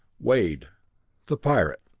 wade the pirate.